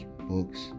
books